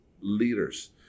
leaders